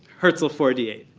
herzl forty eight.